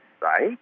right